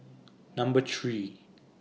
Number three